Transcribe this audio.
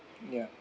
ya